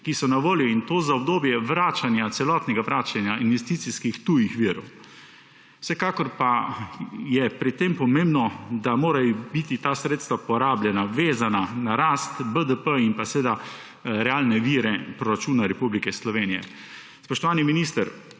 ki so na voljo; in to za obdobje celotnega vračanja investicijskih tujih virov. Vsekakor pa je pri tem pomembno, da morajo biti ta porabljena sredstva vezana na rast BDP in seveda realne vire proračuna Republike Slovenije. Spoštovani minister,